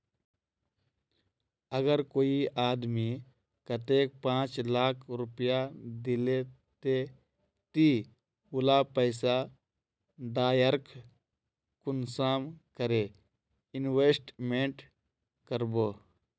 अगर कोई आदमी कतेक पाँच लाख रुपया दिले ते ती उला पैसा डायरक कुंसम करे इन्वेस्टमेंट करबो?